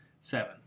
seven